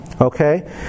okay